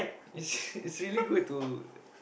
it's really good to